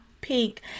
pink